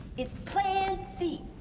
is plan c.